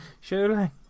surely